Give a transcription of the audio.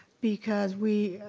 because we